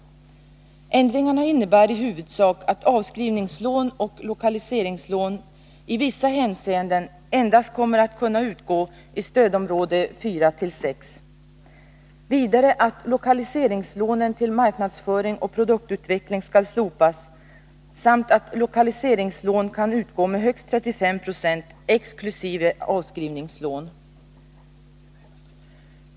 Ändringarna innebär i huvudsak att avskrivningslån och lokaliseringslån i vissa hänseenden endast kommer att kunna utgå i stödområdena 4-6, vidare att lokaliseringslånen till marknadsföring och produktutveckling skall slopas samt att lokaliseringslån kan utgå med högst 35 96 exkl. avskrivningslån.